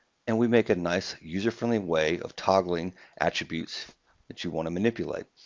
and we make a nice user-friendly way of toggling attributes that you want to manipulate.